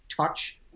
touch